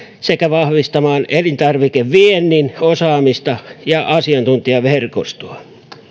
sekä vahvistamaan elintarvikeviennin osaamista ja asiantuntijaverkostoa